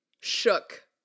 Shook